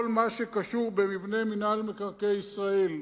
כל מה שקשור במבנה מינהל מקרקעי ישראל,